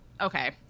Okay